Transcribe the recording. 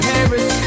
Paris